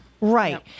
Right